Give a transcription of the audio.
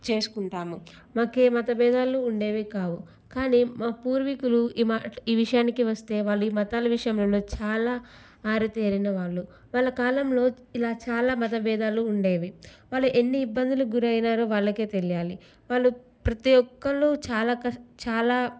చేసుకుంటాము మాకే మత బేధాలు ఉండేవి కావు కానీ మా పూర్వీకులు ఈ మాట ఈ విషయానికి వస్తే వాళ్ళు ఈ మతాలు విషయంలో వాళ్ళు చాలా ఆరితేరిన వాళ్ళు వాళ్ళ కాలంలో ఇలా చాలా మతబేధాలు ఉండేవి వాళ్ళు ఎన్ని ఇబ్బందులుకు గురైనారో వాళ్ళకే తెలియాలి వాళ్ళు ప్రతీ ఒక్కళ్ళు చాలా కష్ చాలా